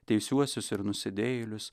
teisiuosius ir nusidėjėlius